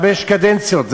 חמש קדנציות,